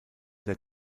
der